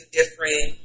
different